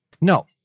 No